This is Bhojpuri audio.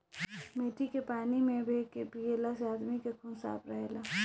मेथी के पानी में भे के पियला से आदमी के खून साफ़ रहेला